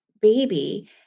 baby